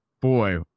boy